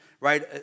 right